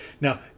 Now